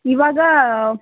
ಇವಾಗ